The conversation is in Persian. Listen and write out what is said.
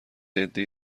عدهای